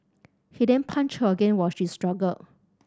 he then punched again while she struggled